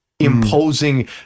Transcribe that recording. Imposing